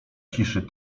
ciszy